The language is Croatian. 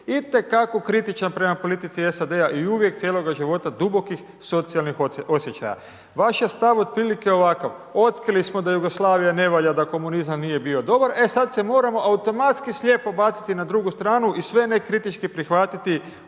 itekako kritičan prema politici SAD-a i uvijek cijeloga života dubokih socijalnih osjećaja. Vaš je stav otprilike ovakav, otkrili smo da Jugoslavija ne valja, da komunizam nije bio dobar, e sad se moramo automatski slijepo baciti na drugu stranu i sve ne kritički prihvatiti